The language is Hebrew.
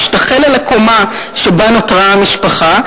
והשתחל אל הקומה שבה נותרה המשפחה.